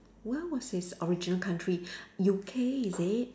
where was his original country U_K is it